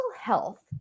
health